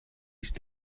ist